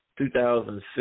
2006